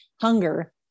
hunger